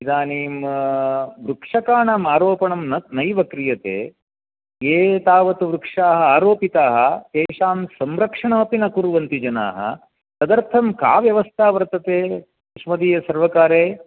इदानीं वृक्षकानामारोपणं न नैव क्रियते ये तावत् वृक्षाः आरोपिताः तेषां संरक्षणमपि न कुर्वन्ति जनाः तदर्थं का व्यवस्था वर्तते अस्मदीयसर्वकारे